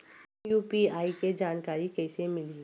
UPI के जानकारी कइसे मिलही?